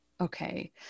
Okay